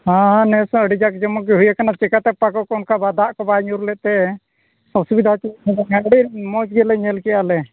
ᱦᱚᱸ ᱦᱚᱸ ᱱᱮᱥ ᱦᱚᱸ ᱟᱹᱰᱤ ᱡᱟᱠ ᱡᱚᱢᱚᱠ ᱜᱮ ᱦᱩᱭᱟᱠᱟᱱᱟ ᱪᱮᱠᱟᱛᱮ ᱯᱟᱠᱚ ᱠᱚ ᱚᱱᱠᱟ ᱫᱟᱜ ᱠᱚ ᱵᱟᱭ ᱧᱩᱨ ᱞᱮᱫᱛᱮ ᱚᱥᱩᱵᱤᱫᱟ ᱪᱮᱫ ᱦᱚᱸ ᱵᱟᱝ ᱟᱹᱰᱤ ᱢᱚᱡᱽ ᱜᱮᱞᱮ ᱧᱮᱞ ᱠᱮᱫᱼᱟ ᱞᱮ